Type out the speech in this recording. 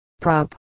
prop